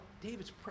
David's